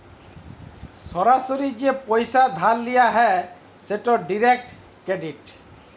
সরাসরি যে পইসা ধার লিয়া হ্যয় সেট ডিরেক্ট ক্রেডিট